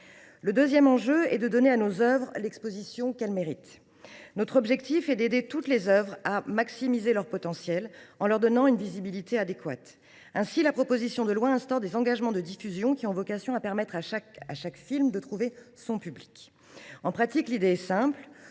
Le deuxième enjeu est de donner à nos œuvres l’exposition qu’elles méritent. Il s’agit d’aider toutes les œuvres à maximiser leur potentiel, en leur assurant une visibilité adéquate. Ainsi, la proposition de loi instaure des engagements de diffusion afin que chaque film puisse trouver son public. En pratique, l’idée est simple